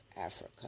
Africa